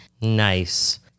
Nice